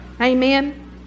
Amen